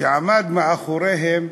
שעמד מאחוריהם: